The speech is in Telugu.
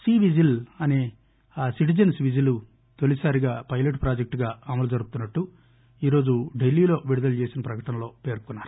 సి విజిల్ అసే ఆ సిటిజన్స్ విజిల్ తొలిసారిగా పైలట్ ప్రాజెక్టుగా అమలు జరుపుతున్నట్టు ఈరోజు ఢిల్లీలో విడుదల చేసిన ప్రకటనలో పేర్కొన్నారు